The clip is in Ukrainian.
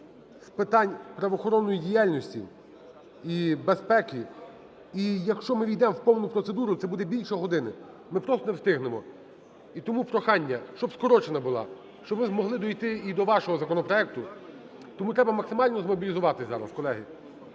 з питань правоохоронної діяльності і безпеки. І якщо ми ввійдемо в повну процедуру, це буде більше години, ми просто не встигнемо. І тому прохання, щоб скорочена була, щоб ми змогли дійти і до вашого законопроекту. Тому треба максимально змобілізуватись зараз, колеги.